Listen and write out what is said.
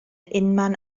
unman